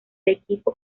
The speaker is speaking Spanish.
equipo